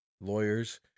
lawyers